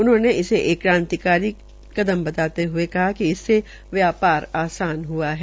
उन्होंने इसे एक क्रांतिकारीकार्य बताते हये कहा कि इससे व्या ार आसान हुआ है